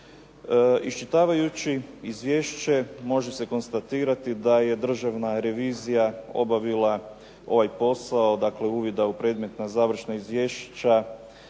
Iščitavajući izvješće može se konstatirati da je Državna revizija obavila ovaj posao, dakle uvida u predmetna završna izvješća,